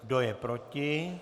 Kdo je proti?